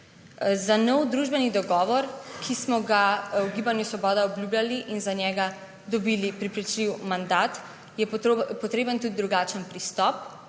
Za nov družbeni dogovor, ki smo ga v Gibanju Svoboda obljubljali in za njega dobili prepričljiv mandat, je potreben tudi drugačen pristop.